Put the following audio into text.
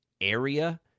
area